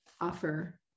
offer